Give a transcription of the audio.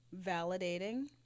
validating